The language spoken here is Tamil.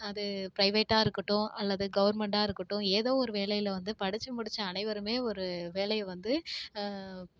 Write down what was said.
அது ப்ரைவேட்டாக இருக்கட்டும் அல்லது கவர்மெண்டாக இருக்கட்டும் ஏதோ ஒரு வேலையில் வந்து படிச்சு முடித்த அனைவருமே ஒரு வேலையை வந்து